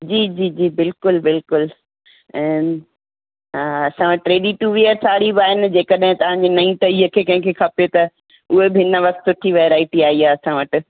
जी जी जी बिल्कुलु बिल्कुलु ऐं असां वटि रेडी टू वियर साड़ी बि आहिनि जंहिं कॾहिं तव्हांजी नईं टईंअ खे खपे त उहे बि हिन वक़्ति सुठी वैराइटी आई आहे असां वटि